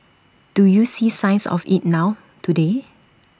do you see signs of IT now today